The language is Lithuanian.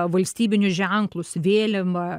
valstybinius ženklus vėliavą